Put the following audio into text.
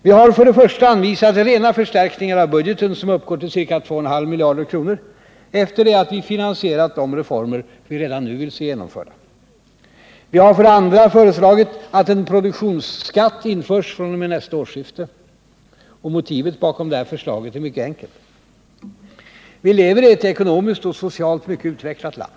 Vi har, för det första, anvisat rena förstärkningar av budgeten som uppgår till ca 2,5 miljarder kronor efter det att vi finansierat de reformer vi redan nu vill se genomförda. Vi har, för det andra, föreslagit att en produktionsskatt införs fr.o.m. nästa årsskifte. Motivet bakom detta förslag är mycket enkelt. Vi lever i ett ekonomiskt och socialt mycket utvecklat land.